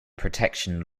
protection